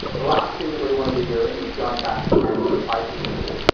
the last thing that we want to be doing is going back and replacing them all.